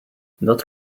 not